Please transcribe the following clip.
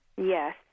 yes